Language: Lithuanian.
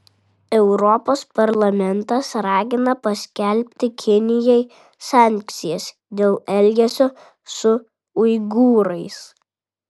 europos parlamentas ragina paskelbti kinijai sankcijas dėl elgesio su uigūrais